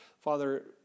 Father